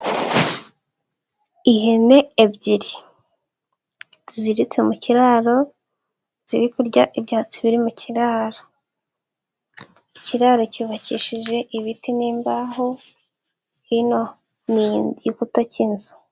Ihene ebyiri, ziziritse mu kiraro, ziri kurya ibyatsi biri mu kiraro, ikiraro cyubakishije ibiti n'imbaho, hino n'igikuta cy'inzu.